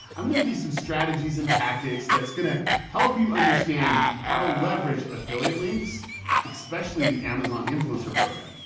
i'm going to give you some strategies and tactics that's going to help you understand how to leverage affiliate links especially the amazon influencer program.